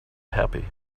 happy